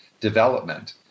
development